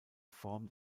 form